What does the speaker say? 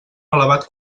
elevat